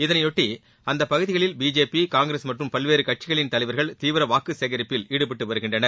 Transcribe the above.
இதனையொட்டி அந்தப் பகுதிகளில் பிஜேபி காங்கிரஸ் மற்றும் பல்வேறு கட்சிகளின் தலைவர்கள் தீவிர வாக்கு சேகரிப்பில் ஈடுபட்டு வருகின்றனர்